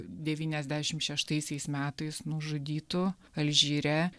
devyniasdešimt šeštaisiais metais nužudytų alžyre